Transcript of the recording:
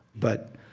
but,